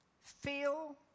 feel